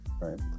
right